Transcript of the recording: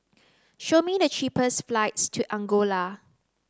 show me the cheapest flights to Angola